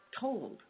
told